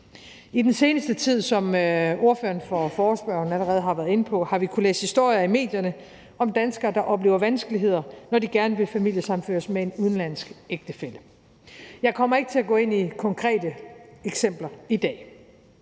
I den seneste tid har vi, som ordføreren for forespørgerne allerede har været inde på, kunnet læse historier i medierne om danskere, der oplever vanskeligheder, når de gerne vil familiesammenføres med en udenlandsk ægtefælle. Jeg kommer ikke til at gå ind i konkrete eksempler i dag,